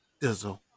Dizzle